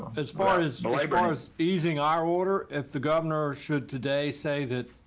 as far as the laborers easing our order, if the governor should today say that,